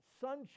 sunshine